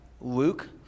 Luke